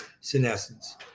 senescence